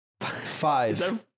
Five